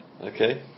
okay